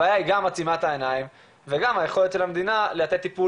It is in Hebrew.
הבעיה היא גם עצימת העיניים וגם היכולת של המדינה לתת טיפול